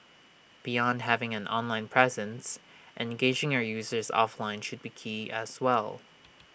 beyond having an online presence engaging your users offline should be key as well